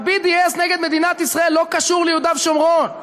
ה-BDS נגד מדינת ישראל לא קשור ליהודה ושומרון.